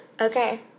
Okay